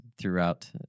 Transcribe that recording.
throughout